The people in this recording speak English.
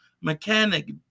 mechanic